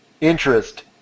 interest